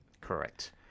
Correct